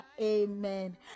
amen